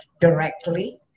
directly